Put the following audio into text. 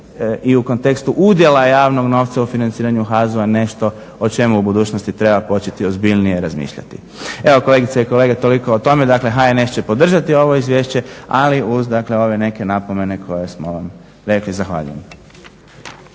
i u kontekstu udjela javnog novca u financiranju HAZU-a nešto o čemu u budućnosti treba početi ozbiljnije razmišljati. Evo kolegice i kolege toliko o tome. Dakle HNS će podržati ovo izvješće, ali uz dakle ove neke napomene koje smo rekli. Zahvaljujem.